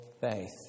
faith